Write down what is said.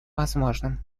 возможным